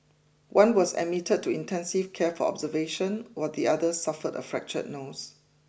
one was admitted to intensive care for observation while the other suffered a fractured nose